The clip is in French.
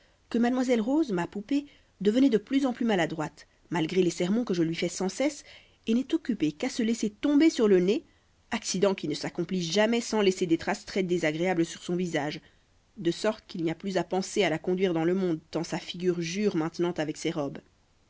que mademoiselle rose ma poupée devenait de plus en plus maladroite malgré les sermons que je lui fais sans cesse et n'est occupée qu'à se laisser tomber sur le nez accident qui ne s'accomplit jamais sans laisser des traces très désagréables sur son visage de sorte qu'il n'y a plus à penser à la conduire dans le monde tant sa figure jure maintenant avec ses robes